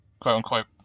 quote-unquote